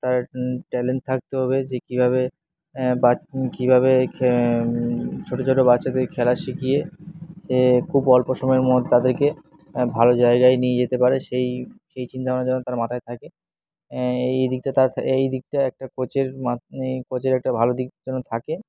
তার ট্যালেন্ট থাকতে হবে যে কীভাবে বা কীভাবে ছোটো ছোটো বাচ্চাদের খেলা শিখিয়ে সে খুব অল্প সময়ের মধ্যে তাদেরকে ভালো জায়গায় নিয়ে যেতে পারে সেই সেই চিন্তা ভাবনা যেন তার মাথায় থাকে এই দিকটা তার এই দিকটা একটা কোচের মা এই কোচের একটা ভালো দিক যেন থাকে